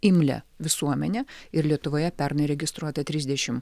imlią visuomenę ir lietuvoje pernai registruota trisdešim